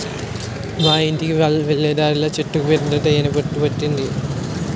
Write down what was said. మా యింటికి వెళ్ళే దారిలో చెట్టుకు పెద్ద తేనె పట్టు పట్టింది